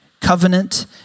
covenant